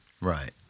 Right